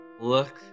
look